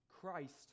Christ